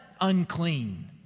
unclean